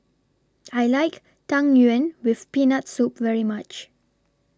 I like Tang Yuen with Peanut Soup very much